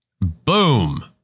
Boom